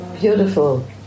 beautiful